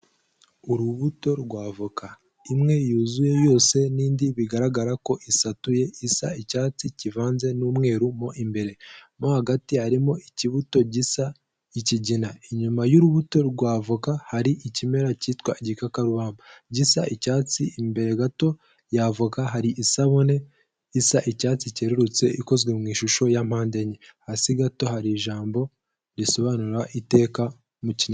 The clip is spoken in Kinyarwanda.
Urubuto rwavoka, imwe yuzuye yose n'indi bigaragara ko isatu ye isa icyatsi kivanze n'umweru mo imbere mo hagati harimo ikibuto gisa ikigina, inyuma y'urubuto rwa avoka hari ikimera cyitwa igikakarubamba gisa icyatsi, imbere gato yavo hari isabune isa icyatsi cyerurutse ikozwe mu ishusho ya mpande enye, hasi gato hari ijambo risobanura iteka mu kinyarwanda...